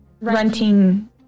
renting